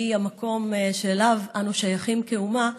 שהיא המקום שאליו אנו שייכים כאומה,